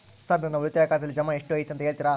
Sir ನನ್ನ ಉಳಿತಾಯ ಖಾತೆಯಲ್ಲಿ ಜಮಾ ಎಷ್ಟು ಐತಿ ಅಂತ ಹೇಳ್ತೇರಾ?